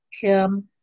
Kim